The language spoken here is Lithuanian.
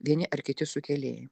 vieni ar kiti sukėlėjai